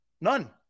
None